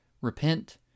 Repent